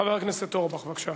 חבר הכנסת אורי אורבך, בבקשה.